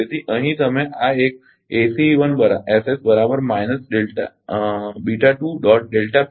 તેથી અહીં તમે આ એક મૂકો